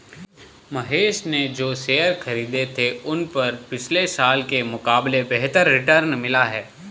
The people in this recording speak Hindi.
महेश ने जो शेयर खरीदे थे उन पर पिछले साल के मुकाबले बेहतर रिटर्न मिला है